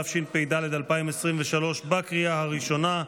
התשפ"ד 2023, בקריאה הראשונה.